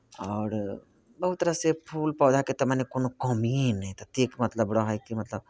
आओर बहुत रास फूल पौधाके तऽ मने कोनो कमिए नहि ततेक मतलब रहय कि मतलब